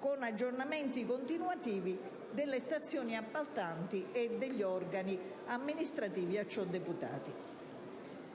con aggiornamenti continuativi, delle stazioni appaltanti e degli organi amministrativi a ciò deputati.